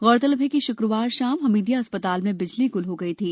गौरतलब है कि श्क्रवार शाम हमीदिया अस्पताल में बिजली ग्ल हो गई थी